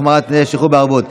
החמרת תנאי השחרור בערבות),